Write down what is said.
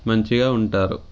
మంచిగా ఉంటారు